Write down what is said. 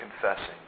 Confessing